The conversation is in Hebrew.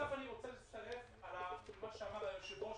בנוסף אני רוצה להצטרף למה שאמר היושב-ראש,